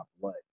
blood